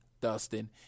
Dustin